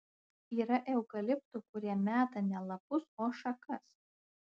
yra eukaliptų kurie meta ne lapus o šakas